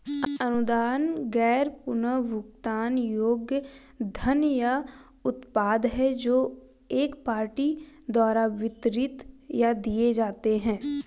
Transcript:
अनुदान गैर पुनर्भुगतान योग्य धन या उत्पाद हैं जो एक पार्टी द्वारा वितरित या दिए जाते हैं